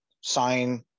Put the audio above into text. sign